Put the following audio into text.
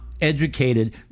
educated